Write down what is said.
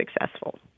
successful